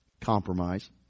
Compromise